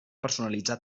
personalitzar